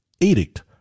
Edict